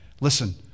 Listen